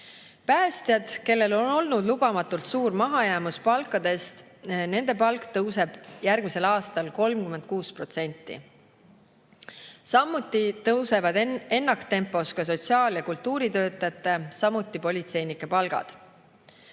Päästjatel, kellel on olnud lubamatult suur mahajäämus palkades, tõuseb palk järgmisel aastal 36%. Samuti tõusevad ennaktempos sotsiaal- ja kultuuritöötajate, aga ka politseinike palgad.